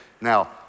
now